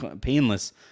painless